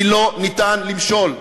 כי לא ניתן למשול.